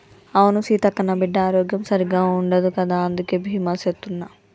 అవును సీతక్క, నా బిడ్డ ఆరోగ్యం సరిగ్గా ఉండదు కదా అందుకే బీమా సేత్తున్న